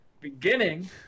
beginning